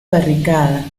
barricada